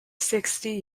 sixty